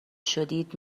شدید